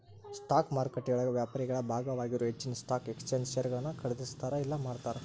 stock ಮಾರುಕಟ್ಟೆಯೊಳಗ ವ್ಯಾಪಾರಿಗಳ ಭಾಗವಾಗಿರೊ ಹೆಚ್ಚಿನ್ ಸ್ಟಾಕ್ ಎಕ್ಸ್ಚೇಂಜ್ ಷೇರುಗಳನ್ನ ಖರೇದಿಸ್ತಾರ ಇಲ್ಲಾ ಮಾರ್ತಾರ